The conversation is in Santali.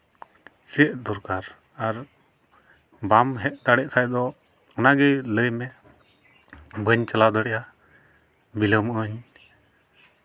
ᱪᱮᱫ ᱫᱚᱨᱠᱟᱨ ᱟᱨ ᱵᱟᱢ ᱦᱮᱡᱽ ᱫᱟᱲᱮᱜ ᱠᱷᱟᱡᱽ ᱫᱚ ᱚᱱᱟᱜᱮ ᱞᱟᱹᱭ ᱢᱮ ᱵᱟᱹᱧ ᱪᱟᱞᱟᱣ ᱫᱟᱲᱮᱭᱟᱜᱼᱟ ᱵᱤᱞᱚᱢᱚᱜᱼᱟᱹᱧ